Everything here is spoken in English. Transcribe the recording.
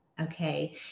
Okay